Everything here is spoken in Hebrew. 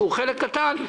שהוא חלק קטן,